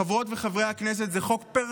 חברות וחברי הכנסת,